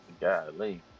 Golly